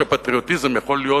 הפטריוטיזם יכול להיות